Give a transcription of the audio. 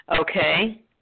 Okay